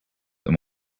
them